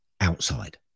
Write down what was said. outside